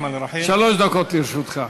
אדוני, שלוש דקות לרשותך.